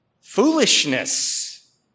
foolishness